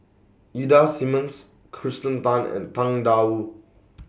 Ida Simmons Kirsten Tan and Tang DA Wu